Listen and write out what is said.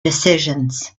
decisions